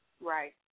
Right